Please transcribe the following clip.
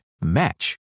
match